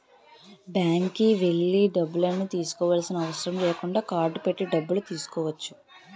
బ్యాంక్కి వెళ్లి డబ్బులను తీసుకోవాల్సిన అవసరం లేకుండా కార్డ్ పెట్టి డబ్బులు తీసుకోవచ్చు